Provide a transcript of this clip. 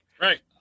Right